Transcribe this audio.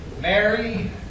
Mary